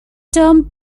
term